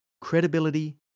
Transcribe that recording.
Credibility